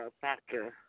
factor